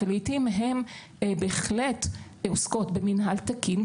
אבל לעיתים הן בהחלט עוסקות במינהל תקין,